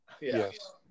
Yes